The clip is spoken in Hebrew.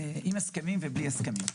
הסכמים ובלי הסכמים.